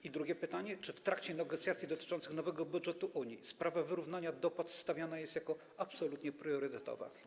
I drugie pytanie: Czy w trakcie negocjacji dotyczących nowego budżetu Unii sprawa wyrównania dopłat stawiana jest jako absolutnie priorytetowa?